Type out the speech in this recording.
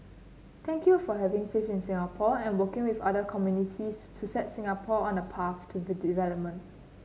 thank you for having faith in Singapore and working with other communities to set Singapore on a path to development